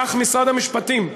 כך משרד המשפטים,